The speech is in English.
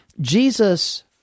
Jesus